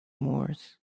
moors